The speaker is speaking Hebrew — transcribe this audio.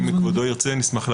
אם כבודו ירצה, נשמח להעביר.